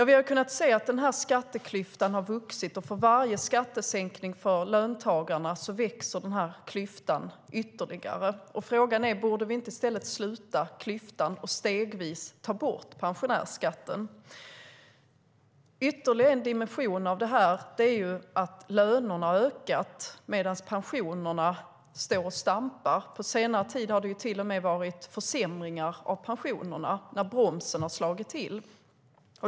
Vi har kunnat se att skatteklyftan har vuxit, och för varje skattesänkning för löntagarna växer klyftan ytterligare. Frågan är: Borde vi inte i stället sluta klyftan och stegvis ta bort pensionärsskatten? Ytterligare en dimension av det här är att lönerna har ökat medan pensionerna står och stampar. På senare tid har det till och med varit försämringar av pensionerna, när bromsen har slagit till.